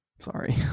sorry